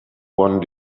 one